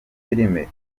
filime